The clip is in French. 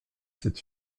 cette